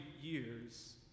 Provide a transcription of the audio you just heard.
years